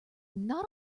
not